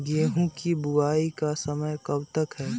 गेंहू की बुवाई का समय कब तक है?